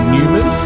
Newman